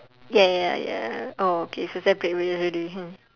ya ya ya oh okay so separate ways already